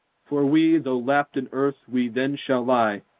for we, though lapped in earth we then shall lie,